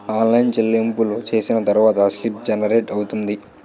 online చెల్లింపులు చేసిన తర్వాత స్లిప్ జనరేట్ అవుతుంది